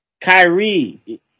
Kyrie